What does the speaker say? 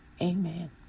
Amen